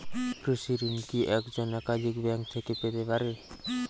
কৃষিঋণ কি একজন একাধিক ব্যাঙ্ক থেকে পেতে পারে?